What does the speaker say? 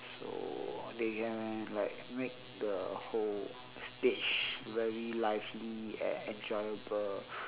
so they can like make the whole stage very lively and enjoyable